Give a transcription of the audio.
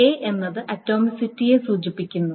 A എന്നത് ആറ്റോമിസിറ്റിയെ സൂചിപ്പിക്കുന്നു